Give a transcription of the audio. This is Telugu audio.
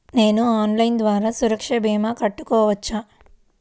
నేను ఆన్లైన్ ద్వారా సురక్ష భీమా కట్టుకోవచ్చా?